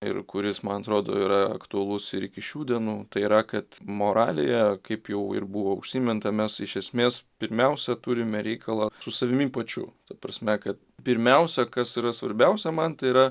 ir kuris man atrodo yra aktualus ir iki šių dienų tai yra kad moralėje kaip jau ir buvo užsiminta mes iš esmės pirmiausia turime reikalą su savimi pačiu ta prasme kad pirmiausia kas yra svarbiausia man tai yra